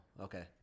okay